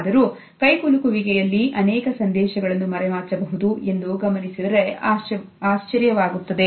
ಆದರೂ ಕೈಕುಲುಕು ವಿಕೆಯಲ್ಲಿ ಅನೇಕ ಸಂದೇಶಗಳನ್ನು ಮರೆಮಾಚಬಹುದು ಎಂದು ಗಮನಿಸಿದರೆ ಆಶ್ಚರ್ಯವಾಗುತ್ತದೆ